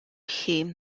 him